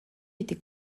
était